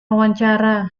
wawancara